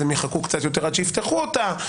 אז הם יחכו קצת יותר עד שיפתחו אותה.